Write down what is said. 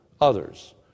others